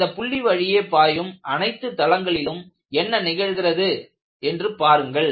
அந்த புள்ளி வழியே பாயும் அனைத்து தளங்களிலும் என்ன நிகழ்கிறது என்று பாருங்கள்